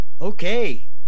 okay